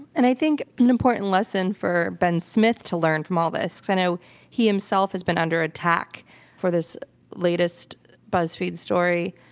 and i think an important lesson for ben smith to learn from all this, because i know he himself has been under attack for this latest buzzfeed story,